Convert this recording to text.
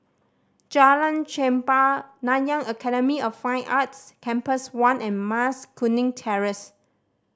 Jalan Chempah Nanyang Academy of Fine Arts Campus One and Mas Kuning Terrace